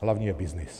Hlavní je byznys.